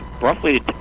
roughly